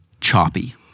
Choppy